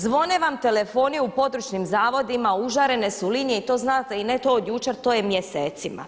Zvone vam telefoni u područnim zavodima, užarene su linije i to znate i ne to od jučer to je mjesecima.